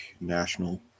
national